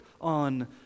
on